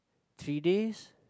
three days